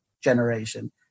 generation